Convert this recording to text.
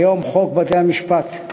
כיום חוק בתי-המשפט ,